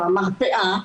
או המרפאה,